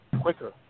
quicker